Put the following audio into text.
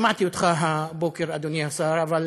שמעתי אותך הבוקר, אדוני השר, אבל